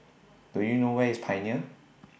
Do YOU know Where IS Pioneer